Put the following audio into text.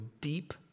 deep